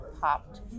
popped